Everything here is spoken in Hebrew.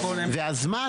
והזמן,